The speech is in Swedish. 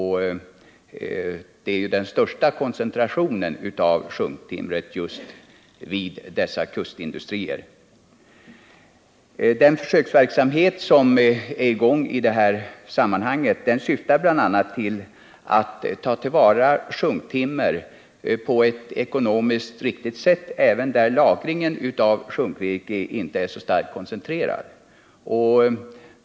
Den största koncentra tionen av sjunktimmer finns just vid dessa kustindustrier. Den försöksverksamhet som pågår i detta sammanhang syftar bl.a. till att ta till vara sjunktimmer på ett ekonomiskt riktigt sätt, även där lagringen av sjunktimmer inte är så starkt koncentrerad.